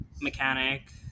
mechanic